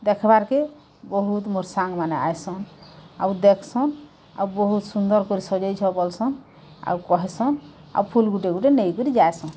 ଦେଖବାରକେ ବହୁତ୍ ମୋର୍ ସାଙ୍ଗ୍ମାନେ ଆଏସନ୍ ଆଉ ଦେଖସନ୍ ଆଉ ବହୁତ୍ ସୁନ୍ଦର୍ କରି ସଜେଇଛ ବୋଲସନ୍ ଆଉ କହେସନ୍ ଆଉ ଫୁଲ୍ ଗୁଟେ ଗୁଟେ ନେଇକରି ଯାଏସନ୍